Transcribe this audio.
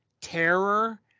terror